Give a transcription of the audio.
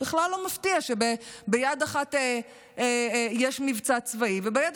בכלל לא מפתיע שביד אחת יש מבצע צבאי וביד